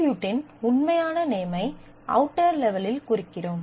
அட்ரிபியூட்டின் உண்மையான நேமை அவுட்டர் லெவெலில் குறிக்கிறோம்